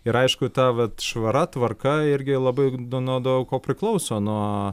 ir aišku ta vat švara tvarka irgi labai nuo daug ko priklauso nuo